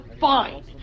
fine